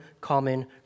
common